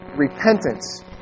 repentance